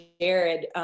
Jared